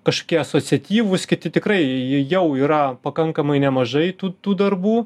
kažkokie asociatyvūs kiti tikrai jau yra pakankamai nemažai tų tų darbų